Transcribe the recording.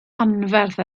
anferth